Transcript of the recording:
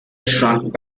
shrank